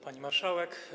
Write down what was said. Pani Marszałek!